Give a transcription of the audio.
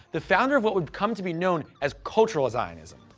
the founder of what would come to be known as cultural zionism.